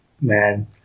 Man